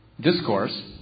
discourse